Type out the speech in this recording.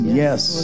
yes